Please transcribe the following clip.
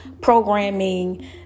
programming